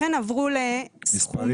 לכן עברו למספרים.